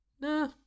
Nah